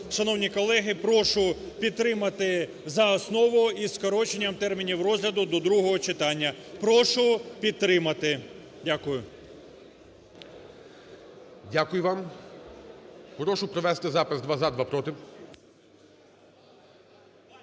шановні колеги, прошу підтримати за основу із скороченням термінів розгляду до другого читання. Прошу підтримати. Дякую. ГОЛОВУЮЧИЙ. Дякую вам. Прошу провести запис: два – за, два – проти.